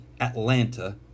Atlanta